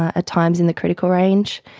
at times in the critical range,